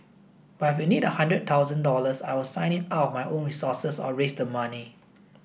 but if you need a hundred thousand dollars I'll sign it out of my own resources or raise the money